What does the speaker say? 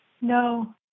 No